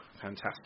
fantastic